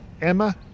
Emma